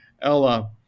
Ella